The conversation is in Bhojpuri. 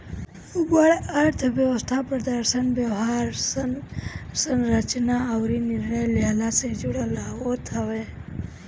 बड़ अर्थव्यवस्था प्रदर्शन, व्यवहार, संरचना अउरी निर्णय लेहला से जुड़ल होत हवे